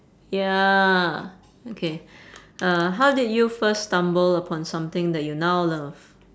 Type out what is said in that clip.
ya okay uh how did you first stumble upon something that you now love